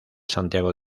santiago